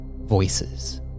voices